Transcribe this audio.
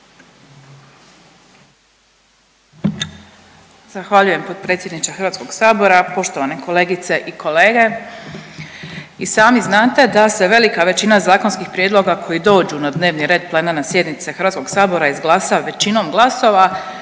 Zahvaljujem potpredsjedniče HS-a, poštovane kolegice i kolege. I sami znate da se velika većina zakonskih prijedloga koji dođu na dnevni red plenarne sjednice HS-a izglasa većinom glasova